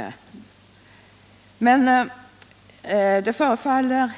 Ja, i varje fall förefaller